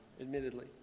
admittedly